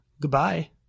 goodbye